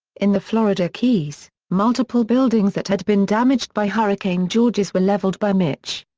in the florida keys, multiple buildings that had been damaged by hurricane georges were leveled by mitch.